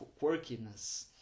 quirkiness